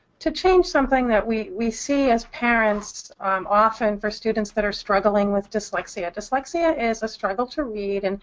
to change something that we we see as parents often for students that are struggling with dyslexia. dyslexia is a struggle to read. and